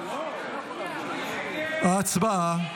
הצבעה.